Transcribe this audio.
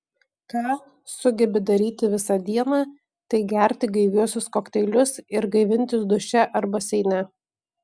ką sugebi daryti visą dieną tai gerti gaiviuosius kokteilius ir gaivintis duše ar baseine